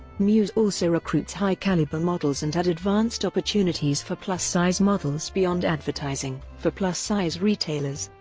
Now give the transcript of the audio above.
muse also recruits high caliber models and had advanced opportunities for plus-size models beyond advertising for plus-size retailers.